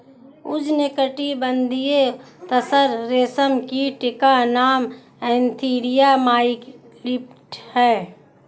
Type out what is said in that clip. उष्णकटिबंधीय तसर रेशम कीट का नाम एन्थीरिया माइलिट्टा है